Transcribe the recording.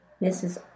Mrs